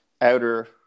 outer